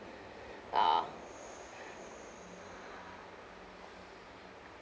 ah